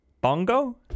Bongo